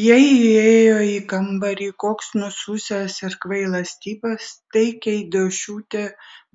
jei įėjo į kambarį koks nususęs ir kvailas tipas tai keidošiūtė